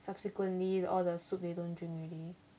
subsequently all the soup they don't drink already